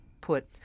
put